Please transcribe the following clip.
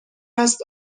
است